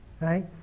right